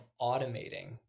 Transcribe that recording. automating